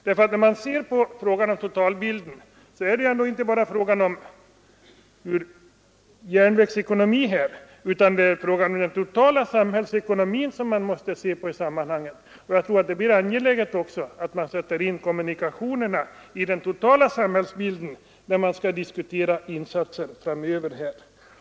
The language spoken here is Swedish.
När man ser på totalbilden gäller det inte bara frågan om järnvägsekonomin. Man måste i det sammanhanget se till den totala samhällsekonomin. Jag tror också att det är angeläget att sätta in kommunikationerna i den totala samhällsbilden när man skall diskutera insatser framöver.